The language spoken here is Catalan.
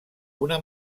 una